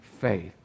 faith